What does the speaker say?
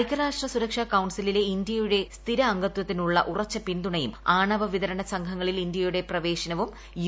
ഐക്യരാഷ്ട്ര സുരക്ഷാ കൌൺസിലിലെ ഇന്ത്യയുടെ സ്ഥിര അംഗത്വത്തിനുള്ള ഉറച്ച പിന്തുണയും ആണവ വിതരണ സംഘങ്ങളിൽ ഇന്ത്യയുടെ പ്രവേശനവും യു